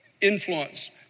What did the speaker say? influence